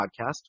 podcast